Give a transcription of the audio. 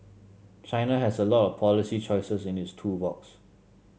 China has a lot of policy choices in its tool box